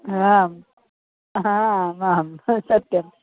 आं हा आं स सत्यं